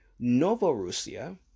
Novorussia